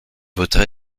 votre